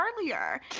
earlier